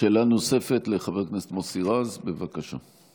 שאלה נוספת לחבר הכנסת מוסי רז, בבקשה.